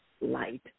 light